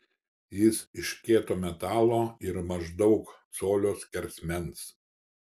jis iš kieto metalo ir maždaug colio skersmens